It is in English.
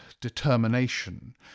determination